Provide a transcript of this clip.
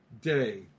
day